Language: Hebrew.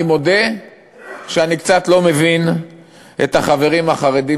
אני מודה שאני קצת לא מבין את החברים החרדים,